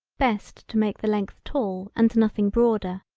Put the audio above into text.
best to make the length tall and nothing broader,